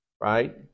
right